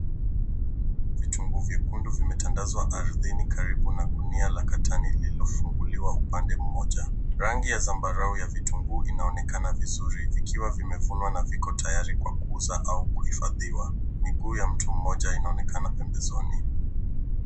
Vitunguu viekundu vimetandazwa ardhini karibu na gunia la katani lililofunguliwa upande mmoja. Rangi ya zambarau ya vitunguu inaonekana vizuri vikiwa vimevunwa na viko tayari kwa kuuza au kuhifadhiwa. Miguu ya mtu mmoja inaonekana pembezoni.